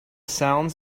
sounds